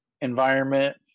environment